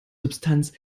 substanz